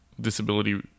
Disability